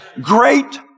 Great